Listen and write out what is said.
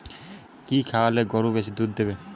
কি খাওয়ালে গরু বেশি দুধ দেবে?